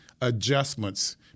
adjustments